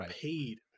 paid